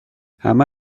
همه